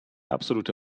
absolute